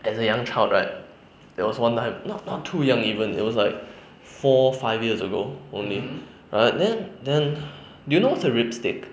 as a young child right there was one time not not too young even it was like four five years ago only right then then do you know what's a rib stick